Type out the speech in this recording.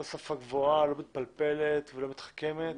לא שפה גבוהה, לא מתפלפלת ולא מתחכמת.